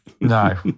No